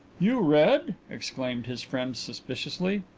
you read? exclaimed his friend suspiciously.